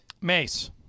Mace